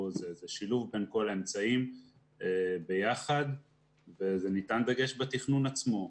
זה שילוב בין כל האמצעים ביחד ועל זה ניתן דגש בתכנון עצמו.